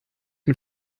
mit